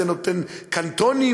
זה נותן קנטונים,